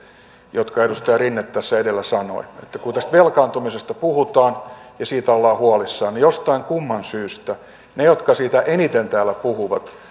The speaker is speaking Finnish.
jotka edustaja rinne tässä edellä sanoi että kun tästä velkaantumisesta puhutaan ja siitä ollaan huolissaan niin jostain kumman syystä ne jotka siitä eniten täällä puhuvat